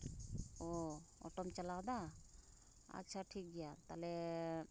ᱚ ᱚᱴᱳᱢ ᱪᱟᱞᱟᱣᱫᱟ ᱟᱪᱪᱷᱟ ᱴᱷᱤᱠᱜᱮᱭᱟ ᱛᱟᱞᱦᱮ